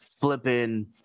flipping